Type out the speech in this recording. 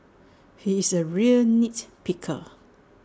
he is A real nits picker